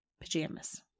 pajamas